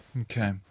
Okay